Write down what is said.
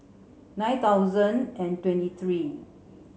nine thousand and twenty three